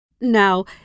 Now